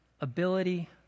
ability